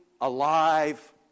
alive